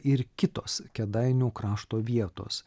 ir kitos kėdainių krašto vietos